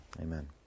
Amen